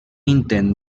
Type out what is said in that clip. intent